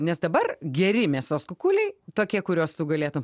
nes dabar geri mėsos kukuliai tokie kuriuos tu galėtum